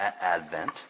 Advent